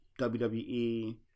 WWE